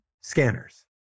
scanners